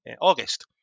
August